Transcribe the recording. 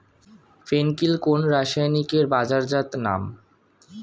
ফেন কিল কোন রাসায়নিকের বাজারজাত নাম?